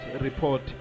Report